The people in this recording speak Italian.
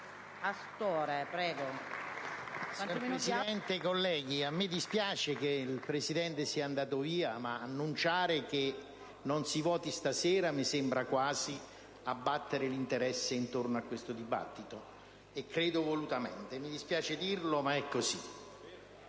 Signora Presidente, colleghi, a me dispiace che il Presidente sia andato via, ma annunciare che non si voterà questa sera mi sembra quasi abbattere l'interesse intorno a questo dibattito, credo volutamente. Mi dispiace dirlo, ma è così.